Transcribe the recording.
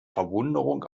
verwunderung